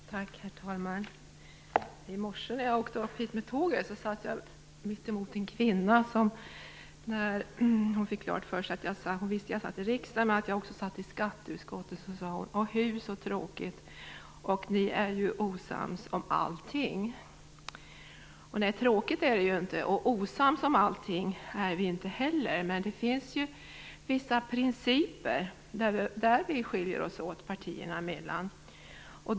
Herr talman! I morse när jag åkte hit med tåget satt jag mittemot en kvinna. Hon visste att jag satt i riksdagen, men när hon fick klart för sig att jag också satt i skatteutskottet sade hon: Å, hu så tråkigt. Ni är ju osams om allting. Tråkigt är det ju inte, och osams om allting är vi inte heller. Men det finns ju vissa principer där vi skiljer oss åt partierna emellan.